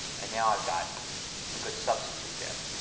and now i've got a good substitute there.